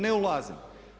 Ne ulazim.